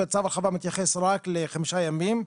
היות וצו ההרחבה מתייחס רק לחמישה ימים,